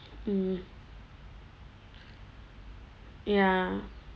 mm ya